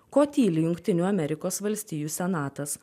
ko tyli jungtinių amerikos valstijų senatas